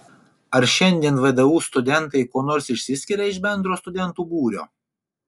ar šiandien vdu studentai kuo nors išsiskiria iš bendro studentų būrio